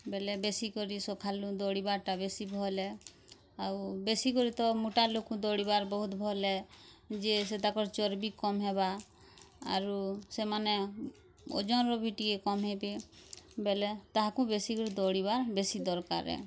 ବେଲେ ବେଶୀ କରି ସଖାଲୁ ଦୌଡ଼ିବା ଟା ବେଶୀ ଭଲ୍ ହେ ଆଉ ବେଶୀ କରି ତ ମୁଟା ଲୁକ୍କୁ ଦୌଡ଼ି ବାର୍ ବହୁତ ଭଲ୍ ହେ ଯେ ସେ ତାକର୍ ଚର୍ବି କମ୍ ହେବା ଆରୁ ସେମାନେ ଓଜୋନ୍ରୁ ବି ଟିକେ କମ୍ ହେବେ ବେଲେ ତାହାକୁ ବେଶୀ କରି ଦୌଡ଼ିବା ବେଶୀ ଦରକାର୍